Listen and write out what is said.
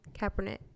Kaepernick